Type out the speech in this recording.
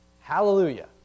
Hallelujah